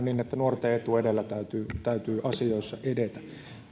niin että nuorten etu edellä täytyy täytyy asioissa edetä mutta